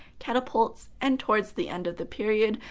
catapults, and towards the end of the period,